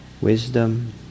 wisdom